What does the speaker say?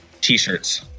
t-shirts